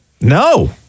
No